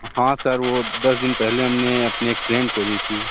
हाँ सर वो दस दिन पहले हमने अपने एक फ्रेंड को दी थी